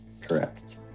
Correct